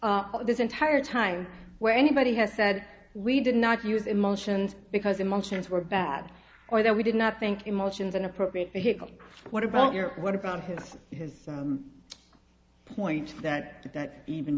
this entire time where anybody has said we did not use emotions because emotions were bad or that we did not think emotions and appropriate what about your what about his his point that